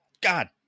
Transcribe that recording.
God